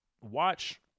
Watch